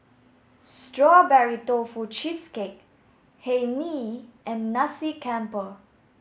strawberry tofu cheesecake hae mee and nasi campur